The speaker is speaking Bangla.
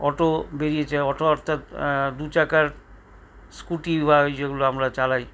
অটো বেরিয়েছে অটো অর্থাৎ দু চাকার স্কুটি বা ওই যেগুলো আমরা চালাই